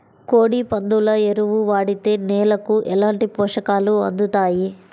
కోడి, పందుల ఎరువు వాడితే నేలకు ఎలాంటి పోషకాలు అందుతాయి